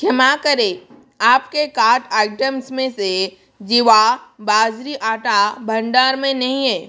क्षमा करें आपके कार्ट आइटम्स में से जीवा बाजरी आटा भंडार में नहीं है